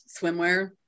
swimwear